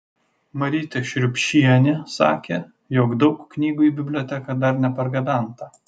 marytė šriubšienė sakė jog daug knygų į biblioteką dar nepargabenta